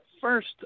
first